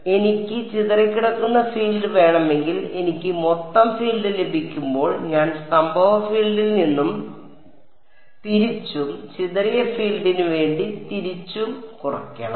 അതിനാൽ എനിക്ക് ചിതറിക്കിടക്കുന്ന ഫീൽഡ് വേണമെങ്കിൽ എനിക്ക് മൊത്തം ഫീൽഡ് ലഭിക്കുമ്പോൾ ഞാൻ സംഭവ ഫീൽഡിൽ നിന്നും തിരിച്ചും ചിതറിയ ഫീൽഡിന് വേണ്ടി തിരിച്ചും കുറയ്ക്കണം